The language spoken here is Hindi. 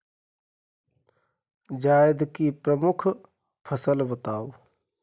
जायद की प्रमुख फसल बताओ